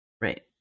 Right